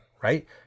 right